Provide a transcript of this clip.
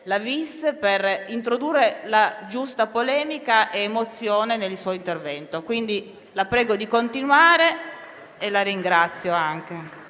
la *vis* per introdurre la giusta polemica ed emozione nel suo intervento. La prego di continuare e la ringrazio anche.